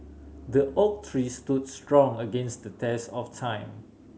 the oak tree stood strong against the test of time